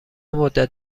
مدت